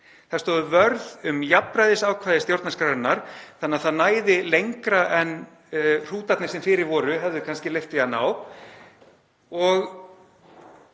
Þær stóðu vörð um jafnræðisákvæði stjórnarskrárinnar, þannig að það næði lengra en hrútarnir sem fyrir voru hefðu kannski leyft því að ná,